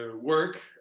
work